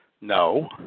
No